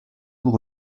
pour